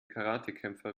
karatekämpfer